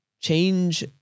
change